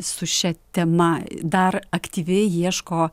su šia tema dar aktyviai ieško